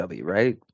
right